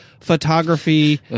photography